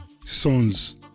sons